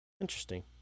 Interesting